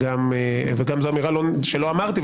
וזו גם אמירה שלא אמרתי,